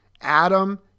Adam